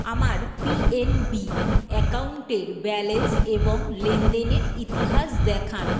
আমার পিএনবি অ্যাকাউন্টের ব্যালেন্স এবং লেনদেনের ইতিহাস দেখান